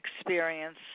experience